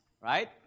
Right